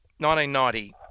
1990